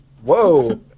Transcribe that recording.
Whoa